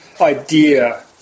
idea